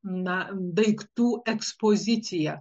na daiktų ekspozicija